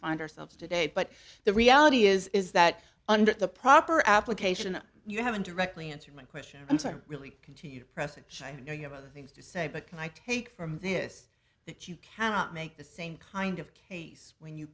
find ourselves today but the reality is is that under the proper application you haven't directly answered my question i'm sorry really continued presage i know you have other things to say but can i take from this that you cannot make the same kind of case when you